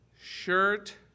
shirt